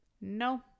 No